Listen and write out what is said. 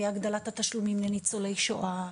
בהגדלת התשלומים לניצולי שואה,